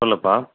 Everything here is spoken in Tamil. சொல்லுப்பா